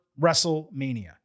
WrestleMania